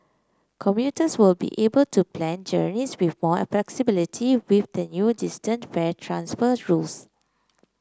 commuters will be able to plan journeys with more flexibility with the new distance fare transfer rules